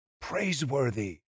praiseworthy